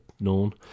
known